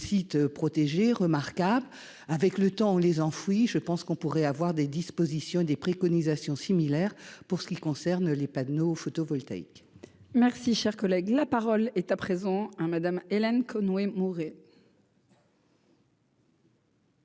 sites protégés remarquable avec le temps, on les enfouit je pense qu'on pourrait avoir des dispositions des préconisations similaire pour ce qui concerne les panneaux photovoltaïques. Merci, cher collègue, la parole est à présent hein Madame Hélène Conway Mouret.